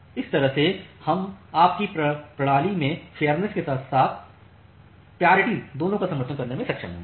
इस तरह से हम आपकी प्रणाली में फेयरनेस के साथ साथ प्रायोरिटी दोनों का समर्थन करने में सक्षम होंगे